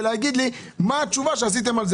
ותגיד לי מה התשובה שלכם בנושא.